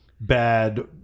bad